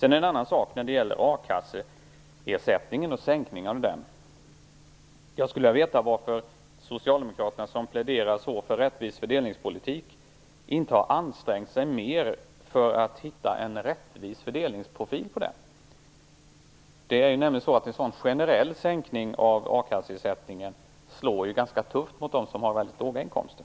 När det gäller sänkningen av a-kasseersättningen skulle jag vilja veta varför Socialdemokraterna, som pläderar så för rättvis fördelningspolitik, inte har ansträngt sig mer för att hitta en rättvis fördelningsprofil. En sådan generell sänkning av akasseersättningen slår nämligen ganska tufft mot dem som har låga inkomster.